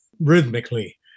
rhythmically